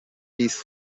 these